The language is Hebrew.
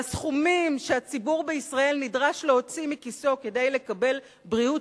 והסכומים שהציבור בישראל נדרש להוציא מכיסו כדי לקבל בריאות